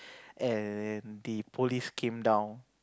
and the police came down